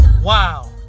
Wow